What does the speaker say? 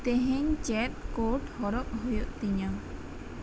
ᱛᱤᱦᱤᱧ ᱪᱮᱫ ᱠᱳᱴ ᱦᱚᱨᱚᱜ ᱦᱩᱭᱩᱜ ᱛᱤᱧᱟᱹ